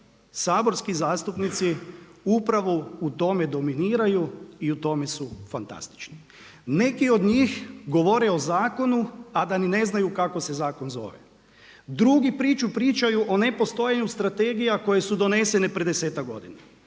saborski zastupnici upravo u tome dominiraju i u tome su fantastični. Neki od njih govore o zakonu a da ni ne znaju kako se zakon zove. Drugi priču pričaju o nepostojanju strategija koje su donesene prije desetak godina.